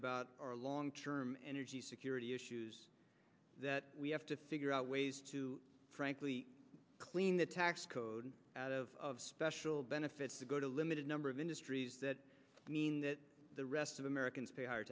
about our long term energy security issues that we have to figure out ways to frankly clean the tax code out of special benefits to go to a limited number of industries that mean that the rest of americans pay higher